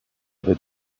other